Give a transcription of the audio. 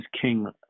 King